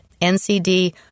NCD